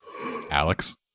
alex